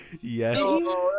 Yes